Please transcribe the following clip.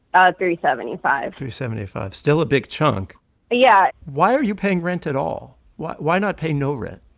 ah three seventy-five three seventy-five still a big chunk yeah why are you paying rent at all? why why not pay no rent?